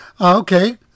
Okay